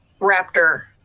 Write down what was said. Raptor